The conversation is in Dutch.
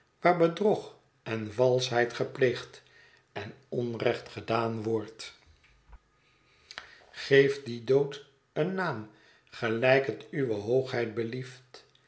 waar bedrog en valschheid gepleegd en onrecht gedaan wordt geef dien dood een naam gelijk het uwe hoogheid belieft